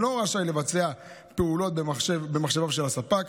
רשאי לבצע פעולות במחשביו של הספק,